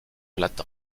latin